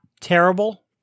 terrible